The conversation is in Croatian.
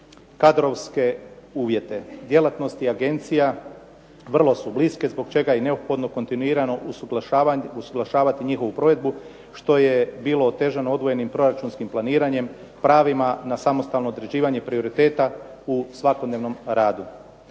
kadrovske uvjete. Djelatnosti agencija vrlo su bliske, zbog čega je neophodno kontinuirano usuglašavati njihovu provedbu, što je bilo otežano odvojenim proračunskim planiranjem, pravima na samostalno određivanje prioriteta u svakodnevnom radu.